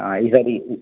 ఈ సారి